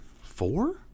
Four